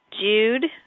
Jude